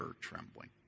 trembling